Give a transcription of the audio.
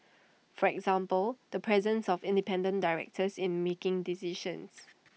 for example the presence of independent directors in making decisions